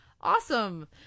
awesome